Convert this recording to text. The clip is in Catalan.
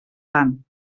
tant